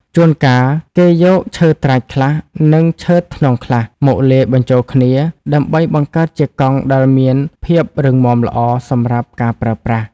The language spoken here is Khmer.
ជួនការ គេយកឈើត្រាចខ្លះ និងឈើធ្នង់ខ្លះ មកលាយបញ្ចូលគ្នា ដើម្បីបង្កើតជាកង់ដែលមានភាពរឹងមាំល្អសម្រាប់ការប្រើប្រាស់។